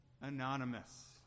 anonymous